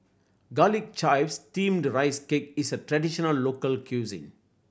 Garlic Chives Steamed Rice Cake is a traditional local cuisine